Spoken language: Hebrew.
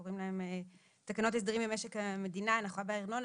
קוראים להם תקנות הסדרים במשק המדינה (הנחה בארנונה),